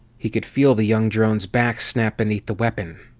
he could feel the young drone's back snap beneath the weapon.